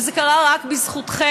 וזה קרה רק בזכותכן,